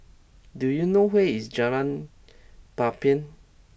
do you know where is Jalan Papan